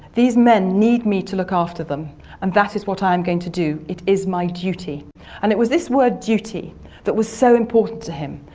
these men need me to look after them and that is what i am going to do. it is my duty and it was this word duty that was so important to him,